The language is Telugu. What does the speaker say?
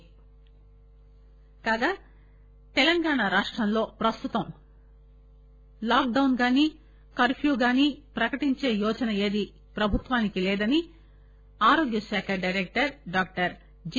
ఎన్ ఎస్ డి హెల్త్ తెలంగాణ రాష్టంలో ప్రస్తుతం లాక్ డైన్ కానీ కర్ఫ్యూ కానీ ప్రకటించే యోచన ఏదీ ప్రభుత్వానికి లేదని ఆరోగ్యశాఖ డైరక్టర్ డాక్టర్ జి